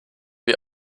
wir